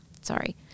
Sorry